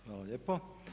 Hvala lijepo.